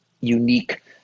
unique